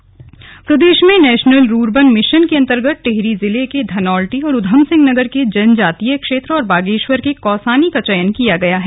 rurban mission प्रदेश में national rurban mission के अंतर्गत टिहरी जिले के धनोल्टी उधमसिंह नगर के जनजातीय क्षेत्र और बागेश्वर के कौसानी का चयन किया गया है